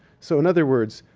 so in other words,